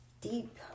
deep